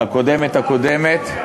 הקודמת לקודמת.